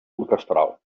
orquestral